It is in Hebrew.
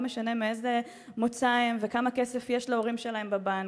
לא משנה מאיזה מוצא הם וכמה כסף יש להורים שלהם בבנק.